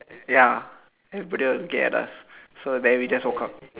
ya everybody was looking at us so then we just walk out